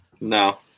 No